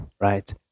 right